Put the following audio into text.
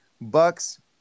Bucks